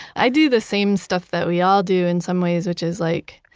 i do the same stuff that we all do in some ways, which is like